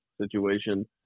situation